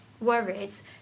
worries